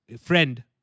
friend